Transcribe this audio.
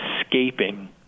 escaping